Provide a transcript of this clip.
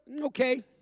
Okay